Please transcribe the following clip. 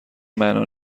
معنا